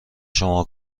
شما